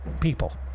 people